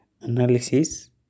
analysis